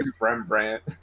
Rembrandt